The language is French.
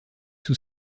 sous